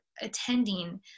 attending